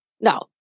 No